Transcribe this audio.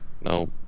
no